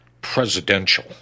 presidential